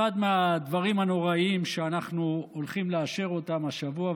אחד הדברים הנוראיים שאנחנו הולכים לאשר השבוע,